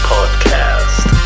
Podcast